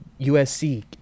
USC